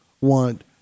want